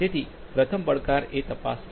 તેથી પ્રથમ પડકાર એ તપાસ છે